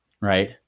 Right